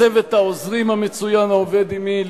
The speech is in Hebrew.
לצוות העוזרים המצוין העובד עמי,